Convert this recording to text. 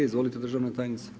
Izvolite državna tajnice.